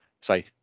say